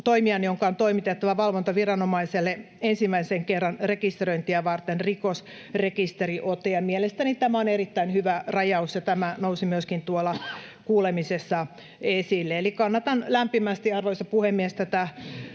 jonka on toimitettava valvontaviranomaiselle ensimmäisen kerran rekisteröintiä varten rikosrekisteriote. Mielestäni tämä on erittäin hyvä rajaus, ja tämä nousi myöskin tuolla kuulemisessa esille. Eli kannatan lämpimästi, arvoisa puhemies, tätä